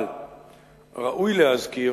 אבל ראוי להזכיר